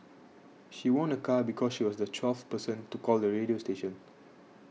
she won a car because she was the twelfth person to call the radio station